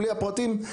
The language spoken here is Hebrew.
בלי הפרטים,